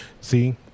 See